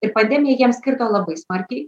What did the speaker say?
ir pandemija jiems kirto labai smarkiai